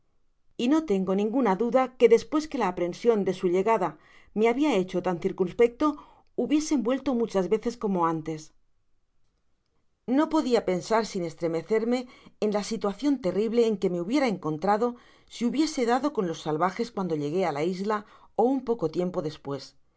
y no tengo ninguna duda que despues que la aprension de su llegada me habia hecho tan circunspecto hubiesen vuelto muchas veces como antes no podia pensar sin estremecerme en la situacion terrible en que me hubiera encontrado si hubiese dado con los salvajes cuando llegué á la isla ó un poco tiempo despues